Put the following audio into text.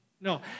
No